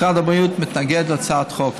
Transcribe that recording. משרד הבריאות מתנגד להצעת החוק.